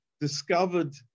discovered